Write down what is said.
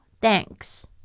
Thanks